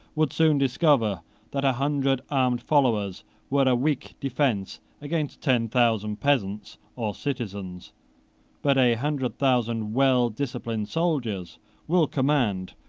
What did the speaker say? would soon discover that a hundred armed followers were a weak defence against ten thousand peasants or citizens but a hundred thousand well-disciplined soldiers will command,